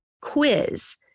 quiz